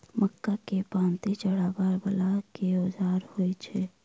मक्का केँ पांति चढ़ाबा वला केँ औजार होइ छैय?